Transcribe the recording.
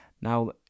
Now